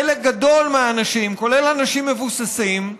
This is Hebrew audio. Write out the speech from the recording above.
חלק גדול מהאנשים, כולל אנשים מבוססים,